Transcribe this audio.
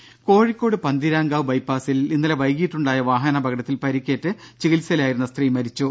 രംഭ കോഴിക്കോട് പന്തീരാങ്കാവ് ബൈപ്പാസിൽ ഇന്നലെ വൈകീട്ടുണ്ടായ വാഹനാപകടത്തിൽ പരിക്കേറ്റ് ചികിത്സയിലായി രുന്ന സ്ത്രീ മരിച്ചു